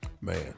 man